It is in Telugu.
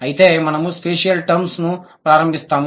అయితే మనము స్పేషియల్ టర్మ్స్ నుండి ప్రారంభిస్తాము